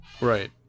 right